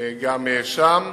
גם שם.